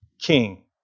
King